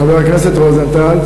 חבר הכנסת רוזנטל,